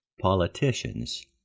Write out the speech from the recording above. Politicians